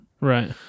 Right